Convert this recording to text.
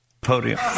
Podium